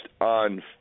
on